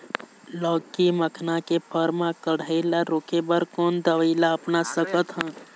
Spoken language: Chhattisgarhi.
लाउकी मखना के फर मा कढ़ाई ला रोके बर कोन दवई ला अपना सकथन?